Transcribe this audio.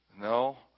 No